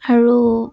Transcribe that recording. আৰু